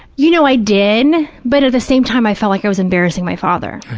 you know, i did, but at the same time i felt like i was embarrassing my father. i